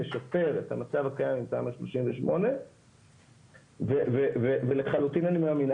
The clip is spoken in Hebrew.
לשפר את המצב הקיים עם תמ"א 38 ולחלוטין אני מאמין.